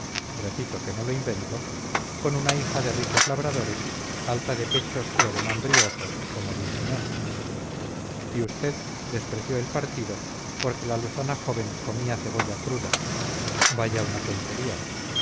repito que no lo invento con una hija de ricos labradores alta de pechos y ademán brioso como dulcinea y usted despreció el partido porque la lozana joven comía cebolla cruda vaya una tontería